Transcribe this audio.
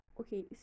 Okay